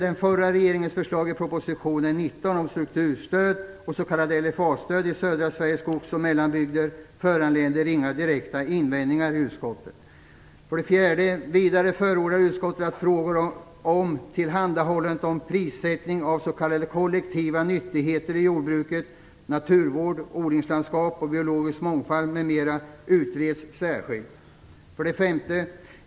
Den förra regeringens förslag i proposition 19 om strukturstöd och s.k. LFA-stöd i södra Sveriges skogs och mellanbygder föranleder inga direkta invändningar i utskottet. 4. Vidare förordar utskottet att frågor om tillhandahållande och prissättning av s.k. kollektiva nyttigheter i jordbruket - naturvård, odlingslandskap, biologisk mångfald, m.m. - utreds särskilt. 5.